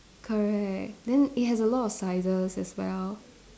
correct then it has a lot of sizes as well